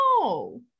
no